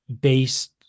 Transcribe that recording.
based